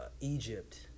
Egypt